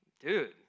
dude